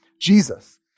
Jesus